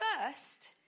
first